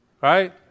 Right